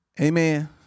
Amen